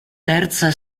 terza